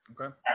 okay